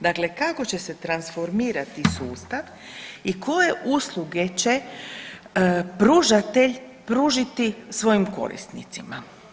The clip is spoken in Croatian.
Dakle, kako će se transformirati sustav i koje usluge će pružatelj pružiti svojim korisnicima.